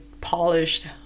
polished